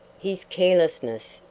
his carelessness,